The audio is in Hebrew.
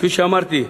כפי שאמרתי,